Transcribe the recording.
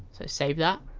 so save that